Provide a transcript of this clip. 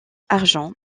argent